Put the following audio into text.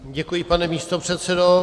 Děkuji, pane místopředsedo.